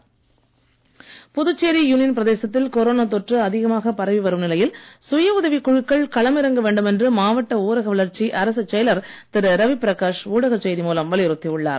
சுயஉதவிக் குழுக்கள் புதுச்சேரி யூனியன் பிரதேசத்தில் கொரோனா தொற்று அதிகமாக பரவி வரும் நிலையில் சுயஉதவிக் குழுக்கள் களம் இறங்க வேண்டுமென்று மாவட்ட ஊரக வளர்ச்சி அரசு செயலர் திரு ரவி பிரகாஷ் ஊடகச் செய்தி மூலம் வலியுறுத்தி உள்ளார்